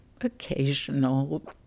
occasional